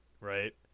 Right